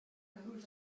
can